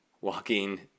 walking